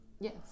Yes